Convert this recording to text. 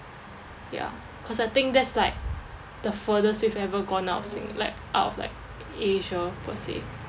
ya because I think that's like the furthest we've ever gone out of sing~ like out of like asia per se